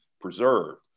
preserved